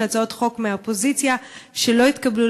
של הצעות חוק מהאופוזיציה שלא התקבלו,